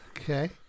Okay